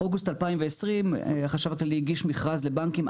באוגוסט 2020 החשב הכללי הגיש מכרז לבנקים,